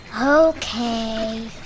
Okay